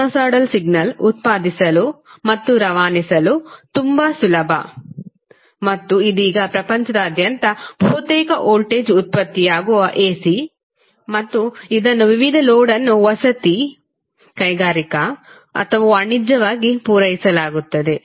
sinusoidal signal ಉತ್ಪಾದಿಸಲು ಮತ್ತು ರವಾನಿಸಲು ತುಂಬಾ ಸುಲಭ ಮತ್ತು ಇದೀಗ ಪ್ರಪಂಚದಾದ್ಯಂತ ಬಹುತೇಕ ವೋಲ್ಟೇಜ್ ಉತ್ಪತ್ತಿಯಾಗುವ AC ಮತ್ತು ಇದನ್ನು ವಿವಿಧ ಲೋಡನ್ನು ವಸತಿ ಕೈಗಾರಿಕಾ ಅಥವಾ ವಾಣಿಜ್ಯವಾಗಿ ಪೂರೈಸಲಾಗುತ್ತಿದೆ